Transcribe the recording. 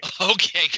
Okay